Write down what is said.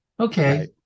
okay